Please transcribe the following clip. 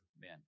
men